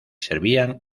servían